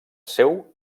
seu